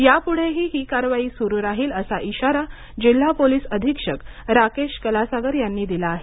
यापूढेही ही कारवाई सुरू राहील असा इशारा जिल्हा पोलीस अधीक्षक राकेश कलासागर यांनी दिला आहे